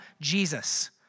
Jesus